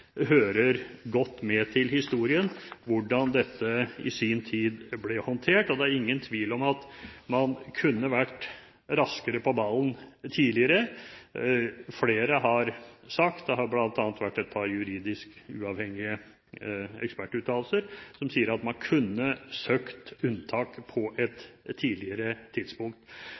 Hvordan dette i sin tid ble håndtert, hører godt med til historien. Det er ingen tvil om at man kunne vært raskere på ballen tidligere. Flere har sagt – bl.a. et par juridisk uavhengige ekspertuttalelser – at man kunne søkt om unntak på et tidligere tidspunkt.